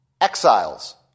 exiles